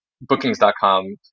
bookings.com